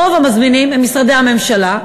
רוב המזמינים הם משרדי הממשלה,